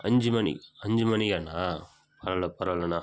அஞ்சு மணி அஞ்சு மணிக்காண்ணா பரவாயில்ல பரவாயில்லண்ணா